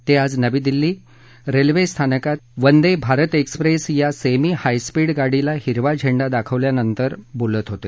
ते आज नवी दिल्ली रेल्वे स्थानकात वंदे भारत एक्सप्रेस या सेमी हायस्पीड गाडीला हिरवा झेंडा दाखवल्यानंतर बोलत होते